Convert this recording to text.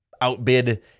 outbid